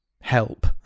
help